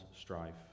strife